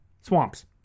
swamps